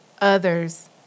others